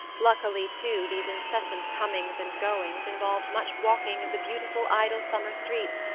luckily, too, these incessant comings and goings involved much walking of the beautiful idle summer streets,